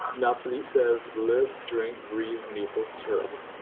natalie says live, drink, breathe, maple syrup.